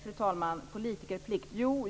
Fru talman! Tack för förklaringen.